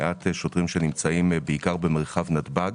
מעט שוטרים שנמצאים, בעיקר במרחב נתב"ג,